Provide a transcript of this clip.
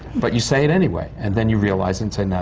but you say it anyway! and then you realize and say, no,